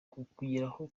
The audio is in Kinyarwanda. kwigiraho